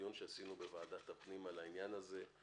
דיון שעשינו בוועדת הפנים בעניין הזה,